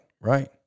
right